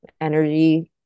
energy